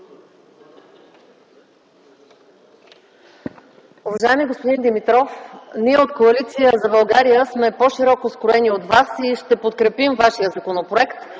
Благодаря.